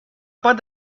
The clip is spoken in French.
pas